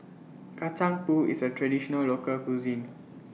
Kacang Pool IS A Traditional Local Cuisine